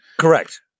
Correct